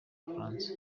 bufaransa